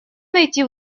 найти